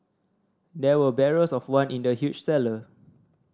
there were barrels of wine in the huge cellar